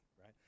right